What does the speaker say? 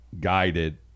guided